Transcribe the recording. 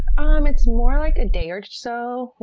um it's more like a day or so,